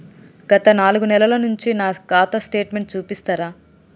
గత నాలుగు నెలల నుంచి నా ఖాతా స్టేట్మెంట్ చూపిస్తరా?